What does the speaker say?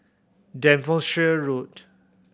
Devonshire Road